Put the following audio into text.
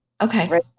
okay